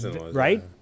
right